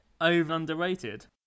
over-underrated